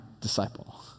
disciple